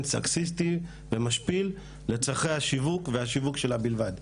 כזה סקסיסטי ומשפיל לצרכי השיווק והשיווק שלה בלבד,